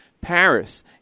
Paris